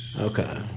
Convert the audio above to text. Okay